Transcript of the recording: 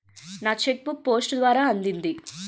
నా cheque book post ద్వారా అందింది